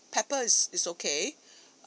pepper is is okay